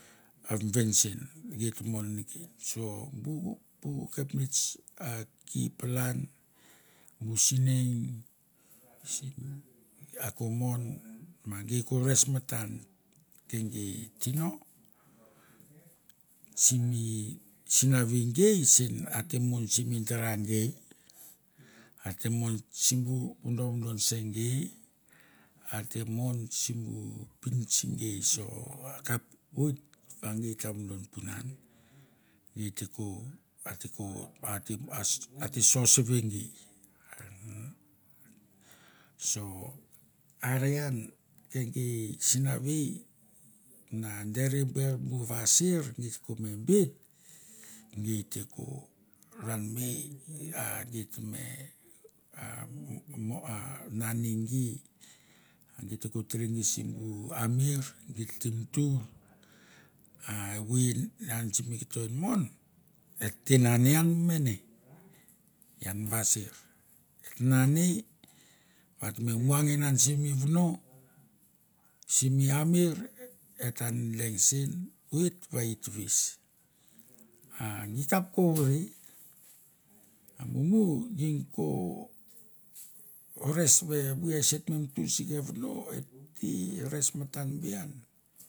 A min bensin geit mon neken, so bu kapnets a ki palan bu sinang a ko mon ma gei ko res matan ke gei tino simi sinavi gei sen ate mon simi dara gei, ate mon sim bu vodovodon se gei, ate mon simbu pintsi gei, so akap oit va gei ta vodon punan, gei te ko, ate ko bat a ate sos ve gei. So are an ke gei sinavei na dere ber bu vaser geit ko me bet, gei te ko ranmei a git me te mutur, a evoi an nan sim koto inmon at te nane an mi mene ian mi vaser, nane va te me muang an sim vono, simi amir et ta deng sen oit va e i ta ves. A gi kap ko vore, a mumu gink ko res va evoi ese et me mutur si ke vono, et te res matan be ian.